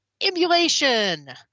emulation